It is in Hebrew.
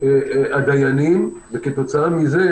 הדיינים וכתוצאה מזה,